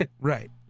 Right